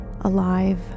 alive